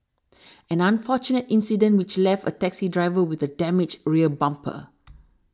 an unfortunate incident which left a taxi driver with a damaged rear bumper